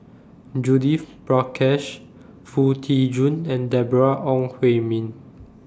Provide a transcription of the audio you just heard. Judith Prakash Foo Tee Jun and Deborah Ong Hui Min